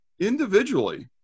individually